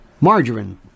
margarine